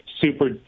super